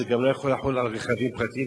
זה גם לא יכול לחול על רכבים פרטיים,